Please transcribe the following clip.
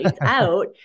out